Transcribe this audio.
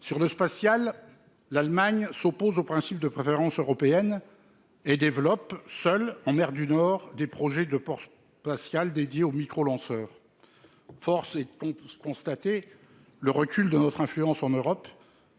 sur le spatial, l'Allemagne s'oppose au principe de préférence européenne et développe seul en mer du Nord, des projets de Pascal dédié au micro lanceur force est ce constater le recul de notre influence en Europe